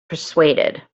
persuaded